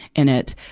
in it.